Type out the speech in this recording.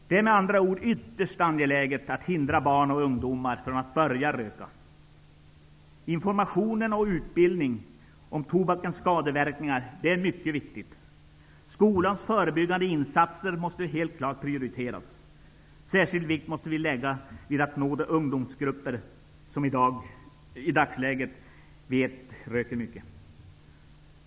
Det är med andra ord ytterst angeläget att hindra barn och ungdomar från att börja röka. Information och utbildning om tobakens skadeverkningar är mycket viktigt. Skolans förebyggande insatser måste helt klart prioriteras. Vi måste lägga särskild vikt vid att nå de ungdomsgrupper som vi i dag vet röker mycket.